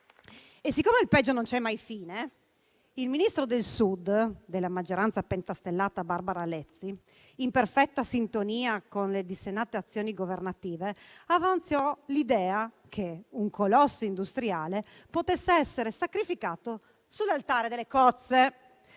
E siccome al peggio non c'è mai fine, il ministro del Sud della maggioranza pentastellata Barbara Lezzi, in perfetta sintonia con le dissennate azioni governative, avanzò l'idea che un colosso industriale potesse essere sacrificato sull'altare delle cozze,